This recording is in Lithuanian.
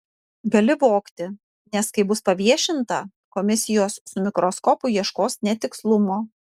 gali vogti nes kai bus paviešinta komisijos su mikroskopu ieškos netikslumo